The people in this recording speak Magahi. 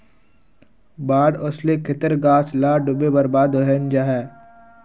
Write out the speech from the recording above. बाढ़ ओस्ले खेतेर गाछ ला डूबे बर्बाद हैनं जाहा